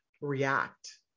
react